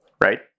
right